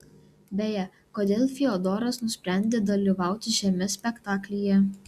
beje kodėl fiodoras nusprendė dalyvauti šiame spektaklyje